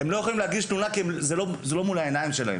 הוא לא יכול להגיש תלונה כי זה לא מול העיניים שלו.